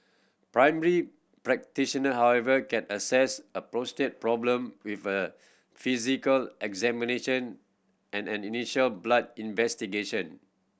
primary practitioner however can assess prostate problem with a physical examination and an initial blood investigation